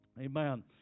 Amen